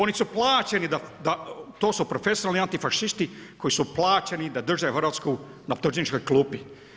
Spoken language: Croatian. Oni su plaćeni, to su profesionalni antifašisti koji su plaćeni da drže Hrvatsku na dužničkoj klupi.